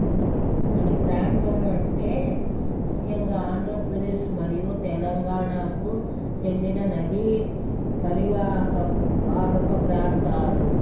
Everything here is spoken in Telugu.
మన మన ప్రాంతం అంటే ముఖ్యంగా ఆంధ్రప్రదేశ్ మరియు తెలంగాణకు చెందిన నదీ పరివాహ వాహక ప్రాంతాలు